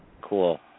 Cool